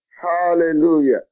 Hallelujah